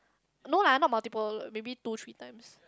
no lah not multiple maybe two three times